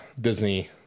Disney